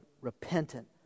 repentant